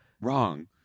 wrong